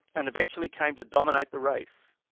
and eventually came to dominate the race.